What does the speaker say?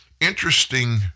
Interesting